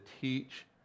teach